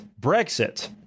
Brexit